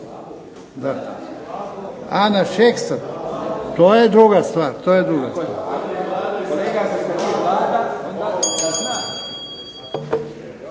A na Šeksa, to je druga stvar.